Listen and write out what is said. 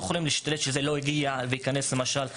יכולים לשלוט על כך שזה לא יגיע וייכנס למשל לגדה.